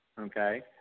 Okay